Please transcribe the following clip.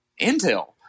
Intel